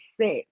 set